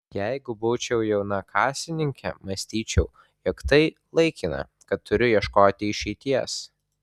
jeigu būčiau jauna kasininkė mąstyčiau jog tai laikina kad turiu ieškoti išeities